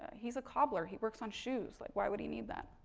he's a cobbler, he works on shoes. like why would he need that?